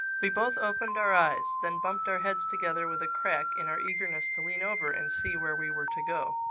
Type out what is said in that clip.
we both opened our eyes then bumped our heads together with a crack in our eagerness to lean over and see where we were to go.